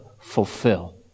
fulfill